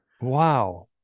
Wow